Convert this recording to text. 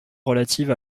relatives